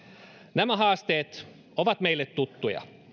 nämä haasteet ovat meille tuttuja